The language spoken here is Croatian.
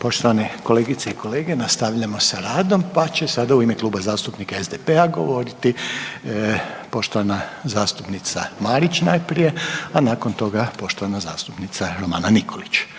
Poštovane kolegice i kolege, nastavljamo s radom, pa će sada u ime Kluba zastupnika SDP-a govoriti poštovana zastupnica Marić najprije, a nakon toga poštovana zastupnica Romana Nikolić.